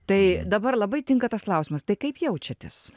tai dabar labai tinka tas klausimas tai kaip jaučiatės